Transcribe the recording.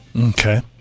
Okay